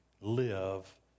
live